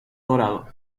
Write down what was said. dorado